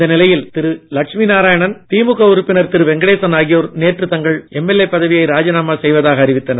இந்த நிலையில் திரு லட்சுமி நாராயணன் திமுக உறுப்பினர் திரு வெங்கடேசன் ஆகியோர் நேற்று தங்கள் எம்எல்ஏ பதவியை ராஜினாமா செய்வதாக அறிவித்தனர்